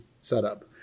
setup